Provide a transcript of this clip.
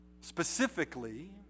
Specifically